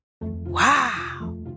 Wow